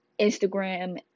instagram